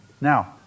Now